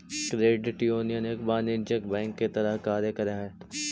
credit union एक वाणिज्यिक bank के तरह कार्य करऽ हइ